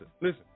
listen